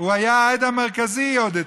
עמיתיי חברי הכנסת, אם זה היה אייכלר לבד,